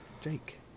Jake